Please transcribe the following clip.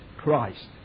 Christ